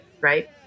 right